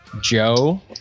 Joe